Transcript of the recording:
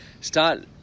start